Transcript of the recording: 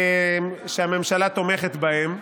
שהממשלה תומכת בהן.